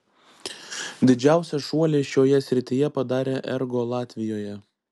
didžiausią šuolį šioje srityje padarė ergo latvijoje